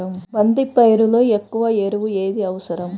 బంతి పైరులో ఎక్కువ ఎరువు ఏది అవసరం?